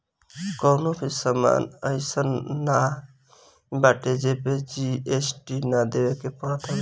कवनो भी सामान अइसन नाइ बाटे जेपे जी.एस.टी ना देवे के पड़त हवे